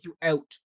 throughout